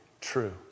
true